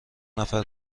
نفر